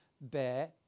bear